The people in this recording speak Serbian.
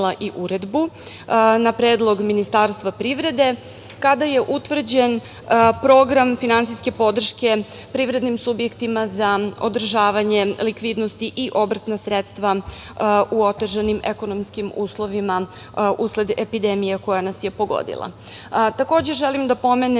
i uredbu, na predlog Ministarstva privrede, kada je utvrđen program finansijske podrške privrednim subjektima za održavanje likvidnosti i obrtna sredstva u otežanim ekonomskim uslovima usled epidemije koja nas je pogodila. Takođe, želim da pomenem